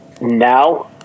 now